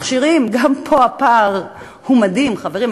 מכשירים: גם פה הפער הוא מדהים, חברים.